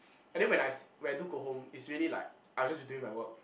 and then when I see when I do go home it's really like I'll just doing my work